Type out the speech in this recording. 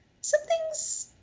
something's